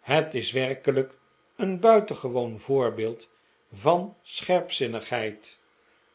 het is werkelijk een buitengewoon voorbeeld van scherpzinnigheid